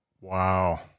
Wow